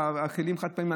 הכלים החד-פעמיים.